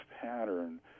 pattern